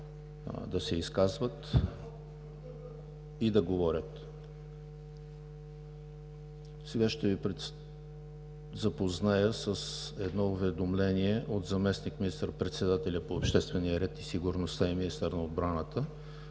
да се изказват и да говорят. Ще Ви запозная с едно уведомление от заместник министър-председателя по обществения ред и сигурността и министър на отбраната.